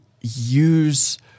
use